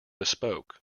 bespoke